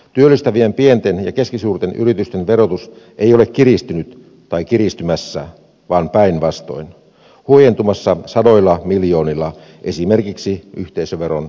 työllistävien pienten ja keskisuurten yritysten verotus ei ole kiristynyt tai kiristymässä vaan päinvastoin huojentumassa sadoilla miljoonilla esimerkiksi yhteisöveron keventyessä